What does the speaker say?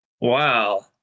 Wow